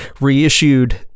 reissued